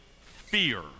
fear